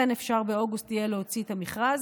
לכן אפשר יהיה באוגוסט להוציא את המכרז,